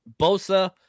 Bosa –